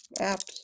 apps